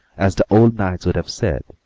as the old knights would have said,